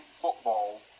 football